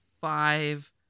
five